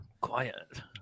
Quiet